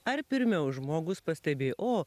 ar pirmiau žmogus pastebėjo o